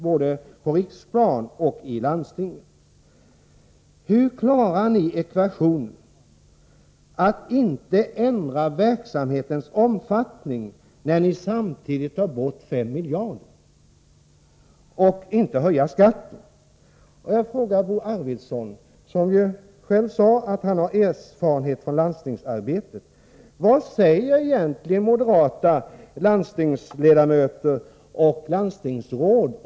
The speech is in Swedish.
Både på riksplanet och i landstingen säger ni att landstingsskatten inte får höjas. Verksamhetens omfattning skall inte ändras. Men ändå skall utgifterna för verksamheten minskas med 5 miljarder kronor. Hur går den ekvationen ihop? Bo Arvidson har själv sagt att han har erfarenhet av landstingsarbete. Jag vill därför fråga honom: Vad säger egentligen moderata landstingsledamöter och landstingsråd?